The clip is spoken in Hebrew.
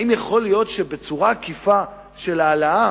האם יכול להיות שבצורה עקיפה של העלאה